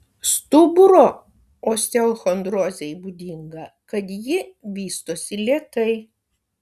stuburo osteochondrozei būdinga kad ji vystosi lėtai